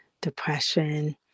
depression